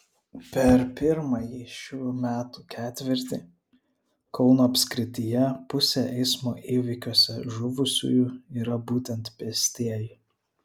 per pirmąjį šių metų ketvirtį kauno apskrityje pusė eismo įvykiuose žuvusiųjų yra būtent pėstieji